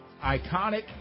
iconic